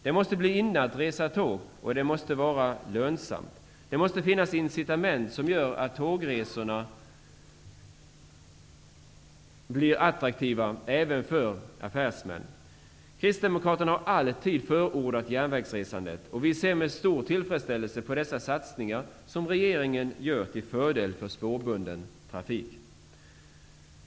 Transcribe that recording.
Det måste bli ''inne'' att resa tåg, och det måste vara lönsamt. Det måste finnas incitament som gör att tågresor blir attraktiva även för affärsmän. Kristdemokraterna har alltid förordat järnvägsresandet, och vi ser med stor tillfredsställelse på de satsningar som regeringen gör till fördel för spårbunden trafik.